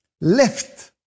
left